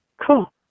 cool